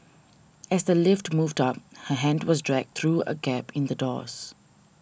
as the lift moved up her hand was dragged through a gap in the doors